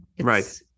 right